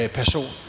person